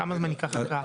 כמה זמן תיקח ההקראה?